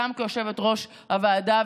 גם כיושבת-ראש הוועדה.